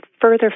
further